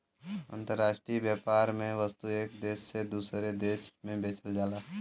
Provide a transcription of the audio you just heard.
अंतराष्ट्रीय व्यापार में वस्तु एक देश से दूसरे देश में बेचल जाला